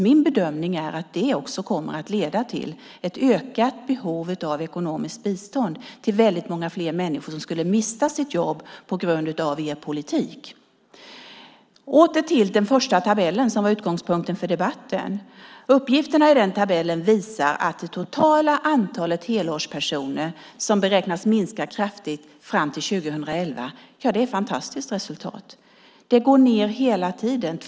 Min bedömning är att det också kommer att leda till ett ökat behov av ekonomiskt bistånd till väldigt många fler människor som skulle mista sitt jobb på grund av er politik. Jag återgår till den första tabellen som var utgångspunkten för debatten. Uppgifterna i tabellen visar att det totala antalet helårspersoner beräknas minska kraftigt fram till år 2011. Det är ett fantastiskt resultat. Det går ned hela tiden.